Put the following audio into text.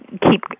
keep